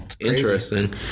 Interesting